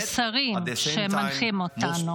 והמוסריים הנעלים שמוסיפים להנחות אותנו.